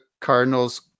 Cardinals